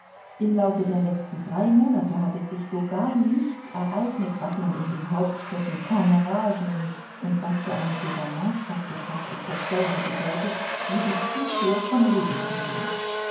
im laufe der letzten drei monate hatte sich sogar nichts ereignet was man in den hauptstädten commrage nennt und was für eine gouvernementsstadt bekanntlich dasselbe bedeutet wie die zufuhr von lebensmitteln